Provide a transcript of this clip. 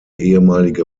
ehemalige